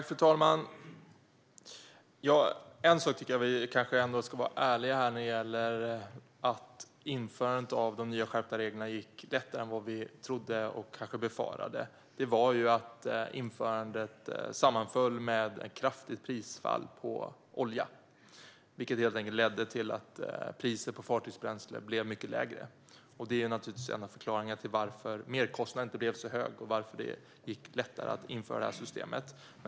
Fru talman! En sak tycker jag att vi kanske ska vara ärliga med här. Att införandet av de nya, skärpta reglerna gick lättare än vad vi trodde och befarade berodde på att införandet sammanföll med ett kraftigt prisfall på olja, vilket helt enkelt ledde till att priset på fartygsbränsle blev mycket lägre. Det är naturligtvis en av förklaringarna till att merkostnaden inte blev så hög och till att det gick lättare att införa det här systemet.